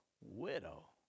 widow